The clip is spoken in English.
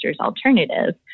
alternative